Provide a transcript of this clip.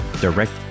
direct